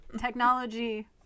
Technology